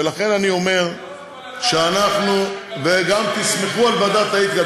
ולכן אני אומר שאנחנו, וגם תסמכו על ועדת האתיקה.